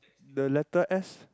the letter S